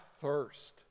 thirst